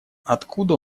откуда